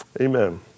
Amen